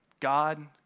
God